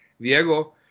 Diego